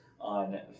on